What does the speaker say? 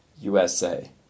USA